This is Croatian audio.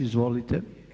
Izvolite.